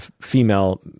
female